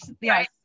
yes